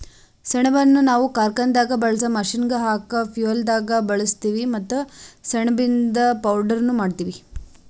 ಸೆಣಬನ್ನ ನಾವ್ ಕಾರ್ಖಾನೆದಾಗ್ ಬಳ್ಸಾ ಮಷೀನ್ಗ್ ಹಾಕ ಫ್ಯುಯೆಲ್ದಾಗ್ ಬಳಸ್ತೀವಿ ಮತ್ತ್ ಸೆಣಬಿಂದು ಪೌಡರ್ನು ಮಾಡ್ತೀವಿ